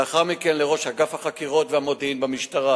ולאחר מכן לראש אגף החקירות והמודיעין במשטרה,